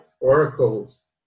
oracles